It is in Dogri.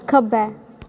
खब्बै